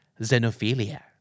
Xenophilia